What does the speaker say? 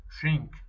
Shrink